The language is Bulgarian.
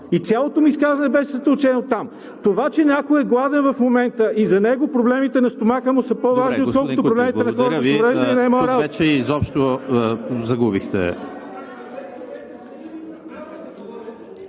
цялото ми изказване беше съсредоточено там. Това, че някой е гладен в момента и за него проблемите на стомаха му са по-важни отколкото проблемите на хората